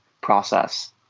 process